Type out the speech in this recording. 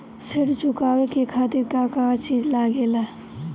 ऋण चुकावे के खातिर का का चिज लागेला?